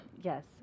Yes